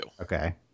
Okay